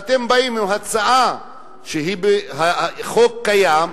אתם באים עם הצעה שהיא חוק קיים,